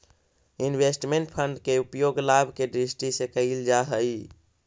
investment fund के उपयोग लाभ के दृष्टि से कईल जा हई